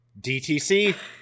DTC